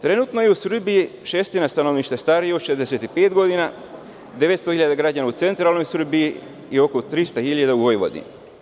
Trenutno je u Srbiji šestina stanovništva starija od 65 godina, 900.000 građana u centralnoj Srbiji i oko 300.000 u Vojvodini.